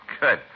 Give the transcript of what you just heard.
Good